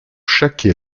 chaque